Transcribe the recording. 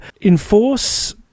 enforce